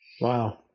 Wow